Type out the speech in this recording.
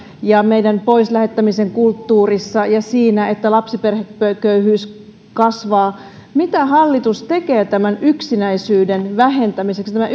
ja meidän poislähettämisen kulttuurissa ja siinä että lapsiperheköyhyys kasvaa mitä hallitus tekee tämän yksinäisyyden vähentämiseksi tämä